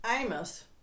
Amos